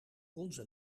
onze